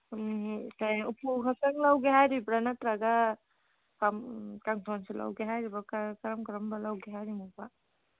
ꯎꯄꯨ ꯈꯛꯇꯪ ꯂꯧꯒꯦ ꯍꯥꯏꯔꯤꯕ꯭ꯔ ꯅꯠꯇ꯭ꯔꯒ ꯀꯥꯡꯊꯣꯟꯁꯨ ꯂꯧꯒꯦ ꯍꯥꯏꯔꯤꯕꯣ ꯀꯔꯝ ꯀꯔꯝꯕ ꯂꯧꯒꯦ ꯍꯥꯏꯔꯤꯅꯣꯕ